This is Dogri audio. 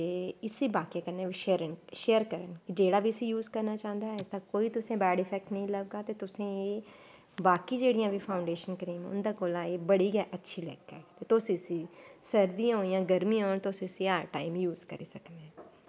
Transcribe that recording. ते इसी बाकियें कन्नै बी शेयर करन जेह्ड़ा बी इसी यूज करना करना चाह्दा ऐ इसदा कोई बी तुसेंगी बैड इफैक्ट नी लगगा ते तुसें बाकी जेह्ड़ियां बी फाऊंडेशन क्रीमां उंदै कोला बड़ी गै अच्छी लुक्क ऐ तुस इसी सर्दियां होन जां गर्मियां होन तुस इसी हर टाईम यूज करी सकने